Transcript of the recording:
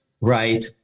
right